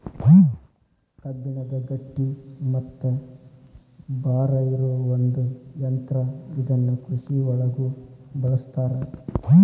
ಕಬ್ಬಣದ ಗಟ್ಟಿ ಮತ್ತ ಭಾರ ಇರು ಒಂದ ಯಂತ್ರಾ ಇದನ್ನ ಕೃಷಿ ಒಳಗು ಬಳಸ್ತಾರ